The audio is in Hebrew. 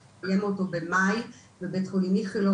הוא יתקיים במאי בבית חולים איכילוב,